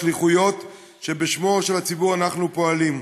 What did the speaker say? השליחויות שבשמו של הציבור אנחנו פועלים.